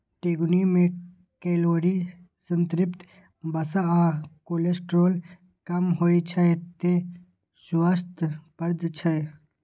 झिंगुनी मे कैलोरी, संतृप्त वसा आ कोलेस्ट्रॉल कम होइ छै, तें स्वास्थ्यप्रद छै